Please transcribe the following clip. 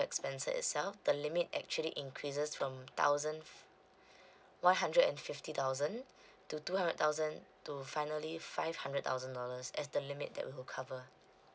expenses itself the limit actually increases from thousand one hundred and fifty thousand to two hundred thousand to finally five hundred thousand dollars as the limit that we will cover